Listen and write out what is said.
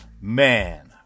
Man